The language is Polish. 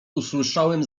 usłyszałem